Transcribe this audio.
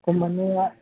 खम माने